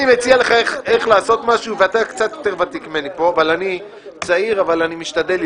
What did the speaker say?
אני רוצה לומר שלאחר שאתה ודודי אמסלם תשבו ותחליטו על חוקים,